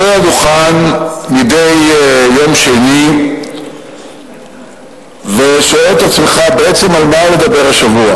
אתה עולה על הדוכן מדי יום שני ושואל את עצמך בעצם על מה לדבר השבוע: